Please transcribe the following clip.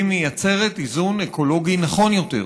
היא מייצרת איזון אקולוגי נכון יותר.